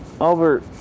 Albert